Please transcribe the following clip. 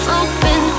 open